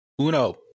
Uno